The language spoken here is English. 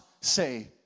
say